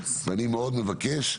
ואני מאוד מבקש,